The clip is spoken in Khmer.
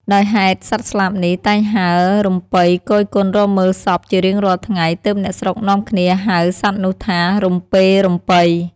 ដោយហេតុសត្វស្លាបនេះ តែងហើររំពៃគយគន់រកមើលសពជារៀងរាល់ថ្ងៃ ទើបអ្នកស្រុកនាំគ្នាហៅសត្វនោះថា រំពេរំពៃ ។